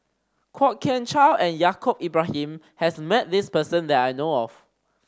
Kwok Kian Chow and Yaacob Ibrahim has met this person that I know of